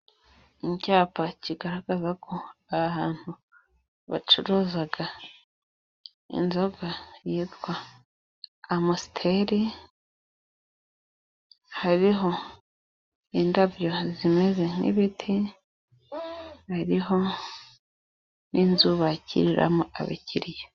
Icyapa kigaragaza ko aha hantu bacuruza inzoga yitwa amusiteri. Hariho indabyo zimeze nk'ibiti, hariho n'inzu bakiriramo abakiriya.